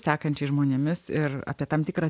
sekančiais žmonėmis ir apie tam tikrą